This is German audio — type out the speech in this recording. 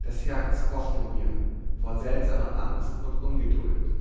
das herz pochte mir vor seltsamer angst und ungeduld